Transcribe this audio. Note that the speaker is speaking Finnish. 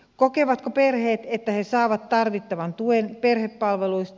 kokevatko perheet että he saavat tarvittavan tuen perhepalveluista